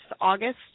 August